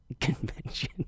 convention